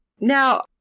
Now